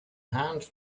hand